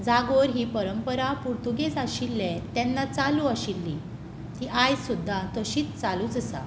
जागोर ही परंपरा पुर्तुगेज आशिल्ले तेन्ना चालू आसिल्ली ती आयज सुद्दां तशीच चालूच आसा